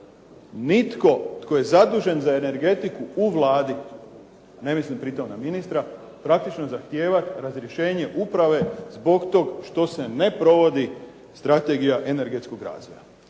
nitko tko je zadužen za energetiku u Vladi, ne mislim pri tom na ministra, praktično zahtijevati razrješenje uprave zbog toga što se ne provodi Strategija energetskog razvoja.